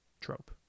trope